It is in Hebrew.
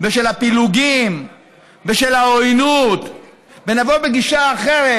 ושל הפילוגים ושל העוינות ונבוא בגישה אחרת.